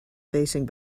facing